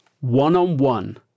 One-on-one